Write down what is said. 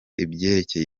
ibyerekeye